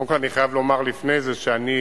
קודם כול, אני חייב לומר לפני זה שאני